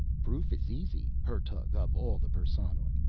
proof is easy, hertug of all the perssonoj,